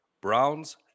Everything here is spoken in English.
Browns